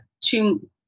two